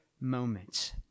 moments